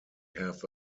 have